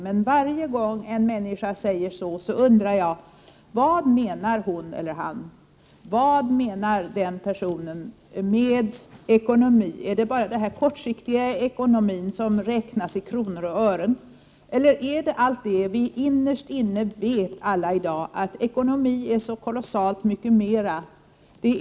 Men varje gång en människa säger så undrar jag vad han eller hon menar med ekonomi. Är det bara den kortsiktiga ekonomin som räknas i kronor och ören, eller är det allt det vi innerst inne vet, nämligen att ekonomi är så kolossalt mycket mer?